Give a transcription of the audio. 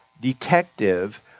detective